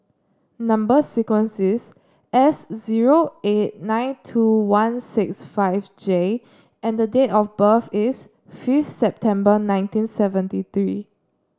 number sequence is S zero eight nine two one six five J and date of birth is fifth September nineteen seventy three